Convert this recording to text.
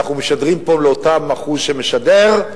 אנחנו משדרים לאותו אחוז שמשדר,